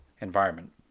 environment